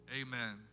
Amen